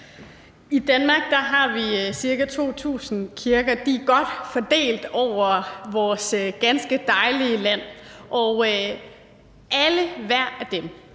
I Danmark har vi cirka 2.000 kirker, og de er godt fordelt ud over vores ganske dejlige land, og hver og en af dem